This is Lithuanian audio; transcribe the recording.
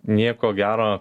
nieko gero